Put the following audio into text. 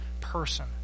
person